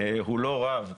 הוא לא רב.